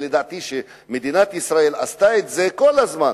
לדעתי, מדינת ישראל עשתה את זה כל הזמן.